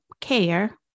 care